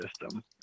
system